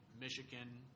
Michigan